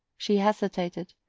she hesitated,